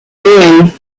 doing